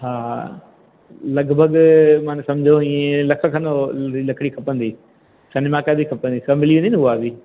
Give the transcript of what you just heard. हा हा लॻभॻि माना समझो ईअं लख खनि उहे लकड़ी खपंदी सनमाइअका भी खपंदी सभु मिली वेंदी न उहा बि